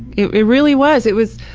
it it really was. it was,